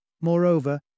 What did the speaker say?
Moreover